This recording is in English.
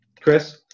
Chris